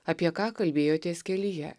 apie ką kalbėjotės kelyje